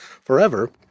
forever